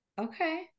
okay